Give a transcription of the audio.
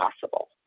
possible